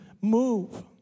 move